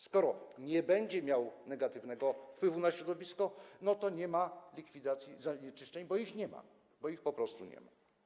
Skoro nie będzie miał negatywnego wpływu na środowisko, to nie ma likwidacji zanieczyszczeń, bo ich nie ma, bo ich po prostu nie ma.